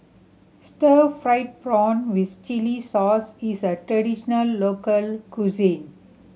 stir fried prawn with chili sauce is a traditional local cuisine